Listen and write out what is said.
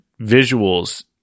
visuals